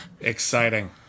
Exciting